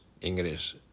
English